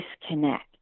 disconnect